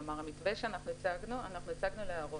כלומר, אנחנו הצגנו מתווה להערות.